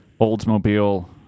Oldsmobile